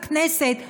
בכנסת,